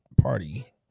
party